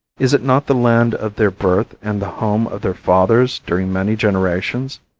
is it not the land of their birth and the home of their fathers during many generations?